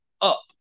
up